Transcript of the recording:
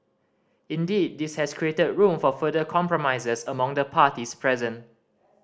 indeed this has created room for further compromises among the parties present